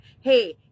Hey